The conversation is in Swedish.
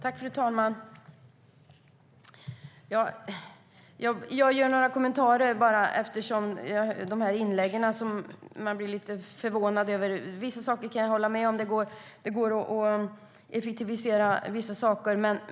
Fru talman! Jag vill göra några kommentarer, då jag blir lite förvånad över inläggen. En del kan jag hålla med om. Det går att effektivisera vissa saker.